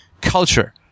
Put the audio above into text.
culture